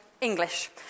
English